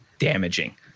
damaging